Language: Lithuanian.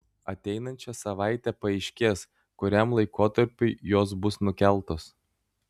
ateinančią savaitę paaiškės kuriam laikotarpiui jos bus nukeltos